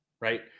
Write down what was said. Right